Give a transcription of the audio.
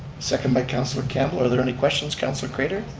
second by councilor campbell. are there any questions councilor craitor?